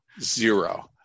Zero